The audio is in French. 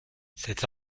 cette